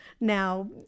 Now